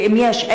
ואם יש,